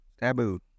taboo